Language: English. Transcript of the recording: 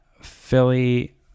Philly